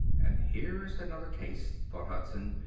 and here's another case, thought hudson,